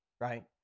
right